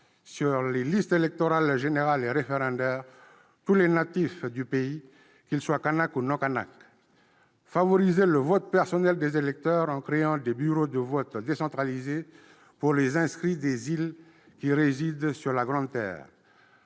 sur les listes électorales générale et référendaire tous les natifs du pays, qu'ils soient kanaks ou non kanaks ; favoriser le vote personnel des électeurs, en créant des bureaux de vote décentralisés pour les inscrits des îles qui résident sur la Grande-Terre